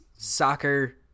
soccer